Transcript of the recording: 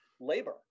labor